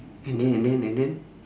and then and then and then